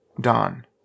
Dawn